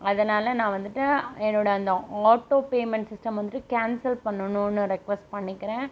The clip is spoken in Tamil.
அதனால் நான் வந்துட்டு என்னோடய அந்த ஆட்டோ பேமெண்ட் சிஸ்டம் வந்துட்டு கேன்சல் பண்ணணுன்னு ரெக்வொஸ்ட் பண்ணிக்கிறேன்